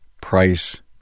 price